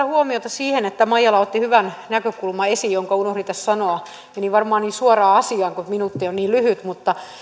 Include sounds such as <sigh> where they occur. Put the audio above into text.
<unintelligible> huomiota siihen että maijala otti esiin hyvän näkökulman jonka unohdin tässä sanoa menin varmaan niin suoraan asiaan kun minuutti on niin lyhyt